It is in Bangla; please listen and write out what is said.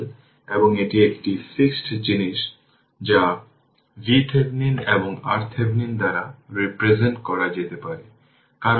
একইভাবে i 3 এর জন্য আমরা পেয়েছি যে 60 V যা t 0 এর সমান এবং 40 e t 2 t এই সময়ে উল্লেখ করার সময় v x t 60 V